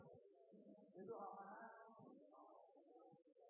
det du har